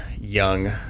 young